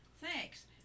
thanks